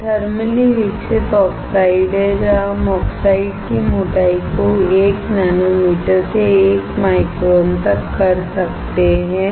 यह थर्मली विकसित ऑक्साइड है जहां हम ऑक्साइड की मोटाई को 1 नैनोमीटर से 1 माइक्रोन तक कर सकते हैं